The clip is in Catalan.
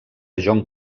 john